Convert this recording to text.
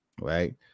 right